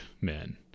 men